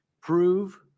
prove